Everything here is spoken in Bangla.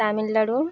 তামিলনাড়ু